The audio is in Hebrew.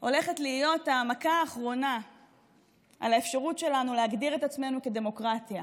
הולכת להיות המכה האחרונה על האפשרות שלנו להגדיר את עצמנו כדמוקרטיה,